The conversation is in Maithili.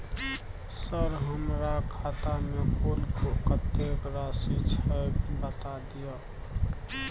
सर हमरा खाता में कुल कत्ते राशि छै बता दिय?